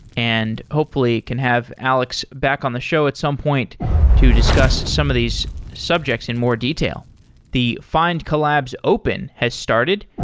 and hopefully, we can have alex back on the show at some point to discuss some of these subjects in more detail the findcollabs open has started.